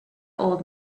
old